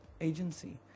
agency